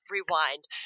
Rewind